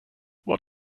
what